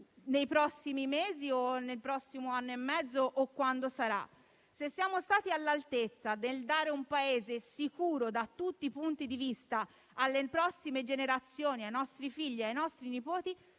nei prossimi mesi o nel prossimo anno e mezzo, o quando sarà: se siamo stati all'altezza del dare un Paese sicuro da tutti i punti di vista alle prossime generazioni, ai nostri figli e ai nostri nipoti,